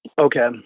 okay